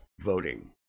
voting